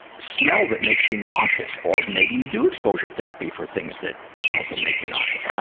smell that makes you nauseous, or maybe you do exposure therapy for things that, smells that make you nauseous, i